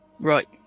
Right